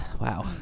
wow